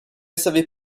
savait